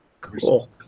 Cool